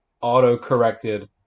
auto-corrected